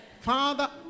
Father